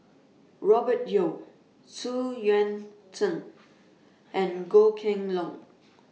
Robert Yeo Xu Yuan Zhen and Goh Kheng Long